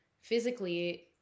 physically